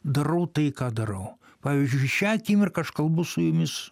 darau tai ką darau pavyzdžiui šią akimirką aš kalbu su jumis